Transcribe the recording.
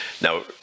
now